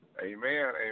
Amen